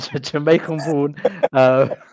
Jamaican-born